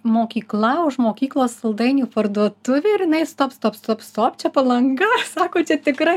mokykla už mokyklos saldainių parduotuvė ir jinai stop stop stop stop čia palanga sako čia tikra